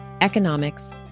economics